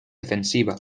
defensiva